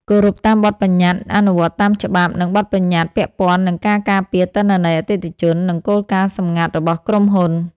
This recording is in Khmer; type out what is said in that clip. គោរពតាមបទប្បញ្ញត្តិ អនុវត្តតាមច្បាប់ និងបទប្បញ្ញត្តិពាក់ព័ន្ធនឹងការការពារទិន្នន័យអតិថិជននិងគោលការណ៍សម្ងាត់របស់ក្រុមហ៊ុន។